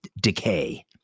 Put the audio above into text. decay